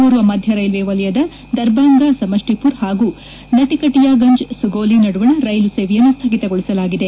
ಪೂರ್ವ ಮಧ್ಯ ರೈಲ್ವೆ ವಲಯದ ದರ್ಬಾಂಗ ಸಮಷ್ಟಪುರ್ ಹಾಗೂ ನರ್ಕಟಿಯಾಗಂಜ್ ಸುಗೋಲಿ ನಡುವಣ ರೈಲು ಸೇವೆಯನ್ನು ಸ್ಥಗಿತಗೊಳಿಸಲಾಗಿದೆ